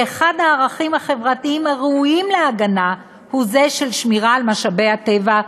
ואחד הערכים החברתיים הראויים להגנה הוא זה של שמירה על משאבי הטבע,